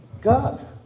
God